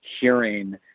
hearing